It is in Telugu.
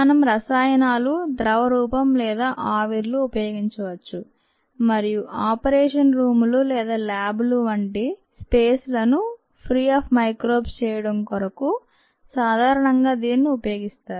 మనం రసాయనాలు ద్రవ రూపం లేదా ఆవిర్లు ఉపయోగించవచ్చు మరియు ఆపరేషన్ రూమ్ లు లేదా ల్యాబ్ లు వంటి స్పేస్ లను ఫ్రీ అఫ్ మైక్రోబ్స్ చేయడం కొరకు సాధారణంగా దీనిని ఉపయోగిస్తారు